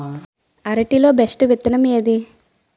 అరటి లో బెస్టు విత్తనం ఏది?